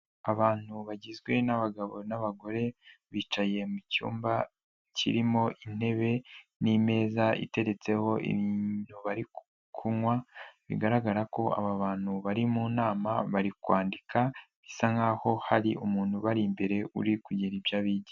Abantu bagizwe n'abagabo n'abagore, bicaye mu cyumba kirimo intebe n'imeza iteretseho ibintu bari kunywa, bigaragara ko aba bantu bari mu nama bari kwandika bisa nkaho hari umuntu uba imbere uri kugira ibyo abigisha.